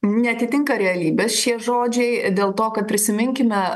neatitinka realybės šie žodžiai dėl to kad prisiminkime